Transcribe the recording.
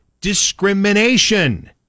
discrimination